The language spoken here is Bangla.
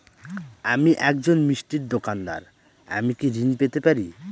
আমি একজন মিষ্টির দোকাদার আমি কি ঋণ পেতে পারি?